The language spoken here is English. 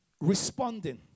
Responding